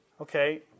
Okay